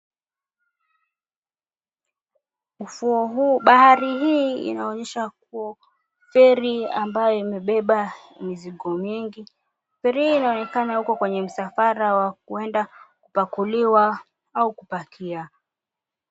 Ufuo huu, bahari hii inaonyesha feri iliyobeba mizigo mingi feri hii inaonekana ipo kwenye msafara wa kuenda kupakuliwa au kupakia.